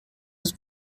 was